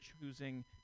choosing